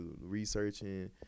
researching